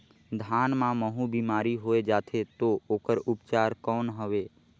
धान मां महू बीमारी होय जाथे तो ओकर उपचार कौन हवे?